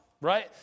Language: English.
right